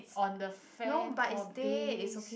on the fan for days